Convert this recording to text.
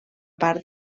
part